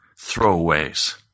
throwaways